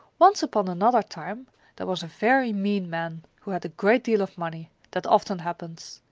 once upon another time there was a very mean man, who had a great deal of money that often happens.